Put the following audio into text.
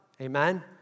Amen